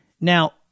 Now